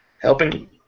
helping